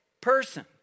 person